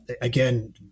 Again